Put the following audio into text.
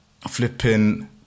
flipping